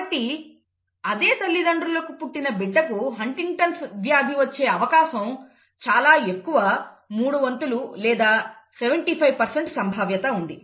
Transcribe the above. కాబట్టి అదే తల్లిదండ్రులకు పుట్టిన బిడ్డకు హంటింగ్టన్స్ వ్యాధి వచ్చే అవకాశం చాలా ఎక్కువ మూడు వంతులు లేదా 75 సంభావ్యత ఉంది